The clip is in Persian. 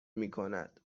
میکند